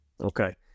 Okay